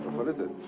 and what is it?